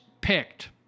picked